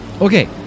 Okay